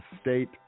state